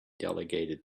delegated